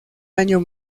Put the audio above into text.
año